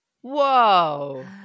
Whoa